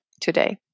today